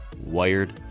wired